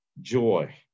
joy